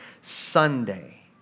Sunday